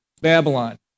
Babylon